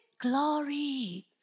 glory